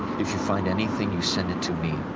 if you find anything you send it to me.